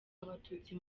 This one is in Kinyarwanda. abatutsi